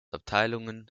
abteilungen